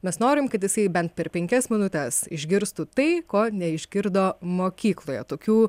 mes norim kad jisai bent per penkias minutes išgirstų tai ko neišgirdo mokykloje tokių